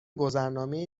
گذرنامه